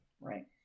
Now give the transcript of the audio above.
Right